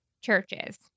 churches